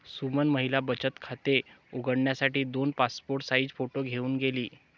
सुमन महिला बचत खाते उघडण्यासाठी दोन पासपोर्ट साइज फोटो घेऊन गेली